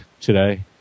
today